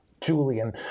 Julian